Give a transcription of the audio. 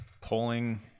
pulling